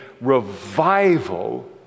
revival